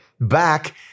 back